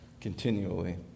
continually